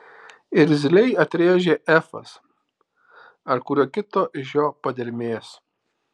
irzliai atrėžė efas ar kurio kito iš jo padermės